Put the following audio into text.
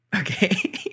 Okay